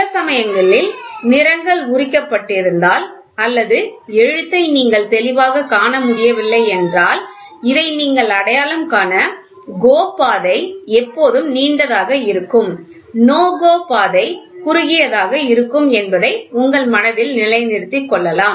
சில சமயங்களில் நிறங்கள் உரிக்கப்பட்டிருந்தால் அல்லது எழுத்தை நீங்கள் தெளிவாகக் காண முடியவில்லை என்றால் இதை நீங்கள் அடையாளம் காண GO பாதை எப்போதும் நீண்டதாக இருக்கும் NO GO பாதை குறுகியதாக இருக்கும் என்பதை உங்கள் மனதில் நிலைநிறுத்திக் கொள்ளலாம்